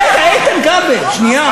רגע, איתן כבל, שנייה.